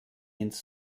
ins